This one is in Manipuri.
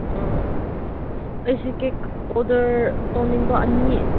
ꯑꯥ ꯑꯩꯁꯤ ꯀꯦꯛ ꯑꯣꯗꯔ ꯇꯧꯅꯤꯡꯕ ꯑꯅꯤ